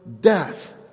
death